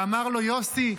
ואמר לו: יוסי,